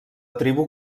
tribu